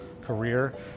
career